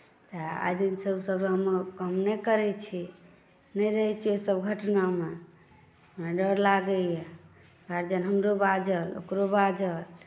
तऽ आइ दिनसँ ओसभ हम काम नहि करैत छी नहि रहैत छियै ओसभ घटनामे हमरा डर लागैए गार्जियन हमरो बाजल ओकरो बाजल